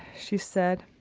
she said,